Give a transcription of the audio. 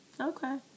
Okay